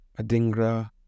Adingra